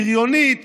בריונית